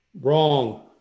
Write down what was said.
Wrong